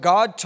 God